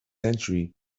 century